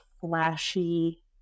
flashy